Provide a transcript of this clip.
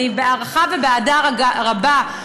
אני בהערכה ובאהדה רבה,